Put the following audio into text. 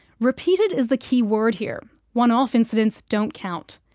repeated is the key word here one-off incidents don't count.